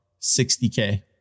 60K